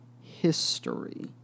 history